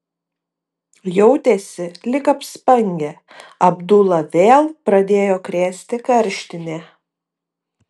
jautėsi lyg apspangę abdulą vėl pradėjo krėsti karštinė